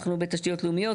אנחנו בתשתיות לאומיות,